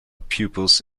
pupils